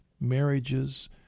marriages